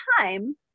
time